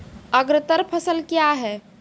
अग्रतर फसल क्या हैं?